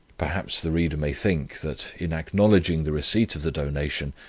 perhaps the reader may think, that in acknowledging the receipt of the donation,